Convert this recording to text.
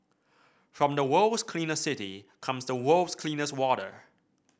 from the world's cleanest city comes the world's cleanest water